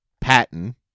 Patton